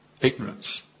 ignorance